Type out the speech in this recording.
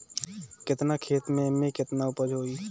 केतना खेत में में केतना उपज होई?